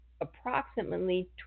approximately